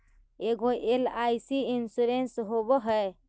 ऐगो LIC insurance होव है?